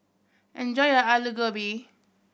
enjoy your Alu Gobi